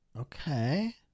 okay